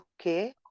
okay